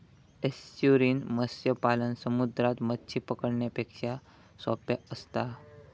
estuarine मत्स्य पालन समुद्रात मच्छी पकडण्यापेक्षा सोप्पा असता